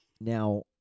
Now